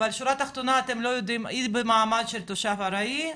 אבל שורה התחתונה היא במעמד של תושב ארעי.